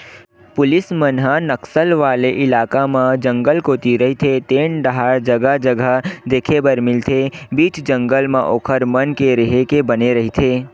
police मन ह नक्सल वाले इलाका म जंगल कोती रहिते तेन डाहर जगा जगा देखे बर मिलथे बीच जंगल म ओखर मन के रेहे के बने रहिथे